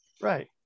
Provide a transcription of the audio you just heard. Right